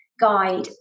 guide